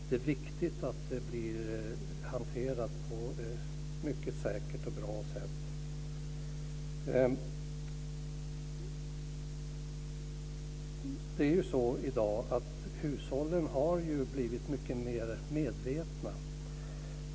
Det är viktigt att det blir hanterat på ett mycket säkert och bra sätt. I dag har hushållen blivit mycket mer medvetna.